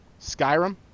Skyrim